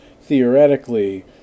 theoretically